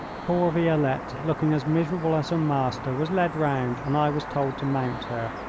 poor violette, looking as miserable as her master, was led round and i was told to mount her.